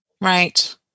right